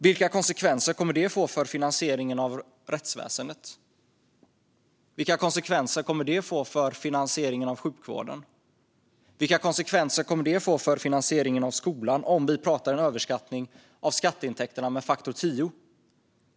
Vilka konsekvenser kommer det att få för finansieringen av rättsväsen, sjukvård och skola om det görs en överskattning av skatteintäkterna med faktor 10?